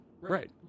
right